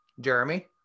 Jeremy